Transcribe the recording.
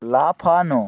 লাফানো